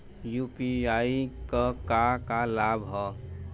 UPI क का का लाभ हव?